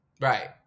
Right